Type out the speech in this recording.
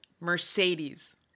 Mercedes